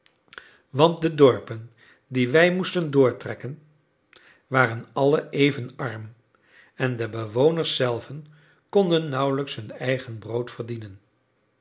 want de dorpen die wij moesten doortrekken waren alle even arm en de bewoners zelven konden nauwelijks hun eigen brood verdienen